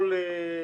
ברדיו